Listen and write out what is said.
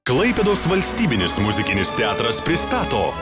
klaipėdos valstybinis muzikinis teatras pristato